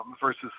versus